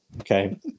Okay